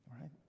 right